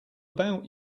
about